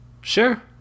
Sure